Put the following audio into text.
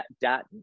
dot